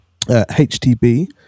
HTB